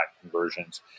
conversions